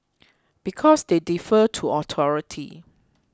because they defer to authority